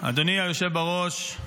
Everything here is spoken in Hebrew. היושב בראש,